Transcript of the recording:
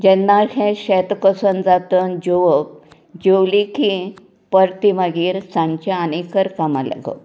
जेन्ना हें शेत कसून जाता तेन्ना जेवप जेवले की परते मागीर सांजे आनी कर कामांक लागप